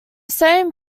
same